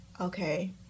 Okay